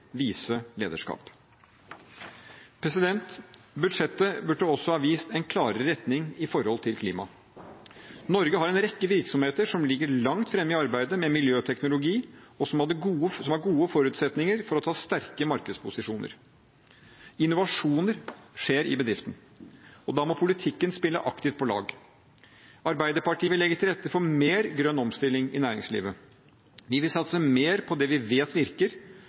vise lederskap. Budsjettet burde også ha vist en klarere retning når det gjelder klima. Norge har en rekke virksomheter som ligger langt framme i arbeidet med miljøteknologi, og som har gode forutsetninger for å ta sterke markedsposisjoner. Innovasjoner skjer i bedriften, og da må politikken spille aktivt på lag. Arbeiderpartiet vil legge til rette for mer grønn omstilling i næringslivet. Vi vil satse mer på det vi vet virker,